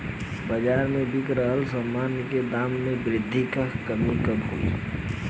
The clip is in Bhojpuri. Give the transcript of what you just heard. बाज़ार में बिक रहल सामान के दाम में वृद्धि या कमी कब होला?